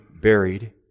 buried